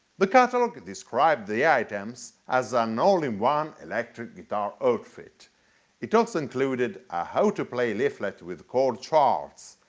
the catalog described the items as an all in one electric guitar outfit it also included, a how-to play leaflet with chord charts,